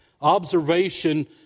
Observation